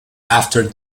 after